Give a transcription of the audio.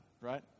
right